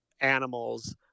animals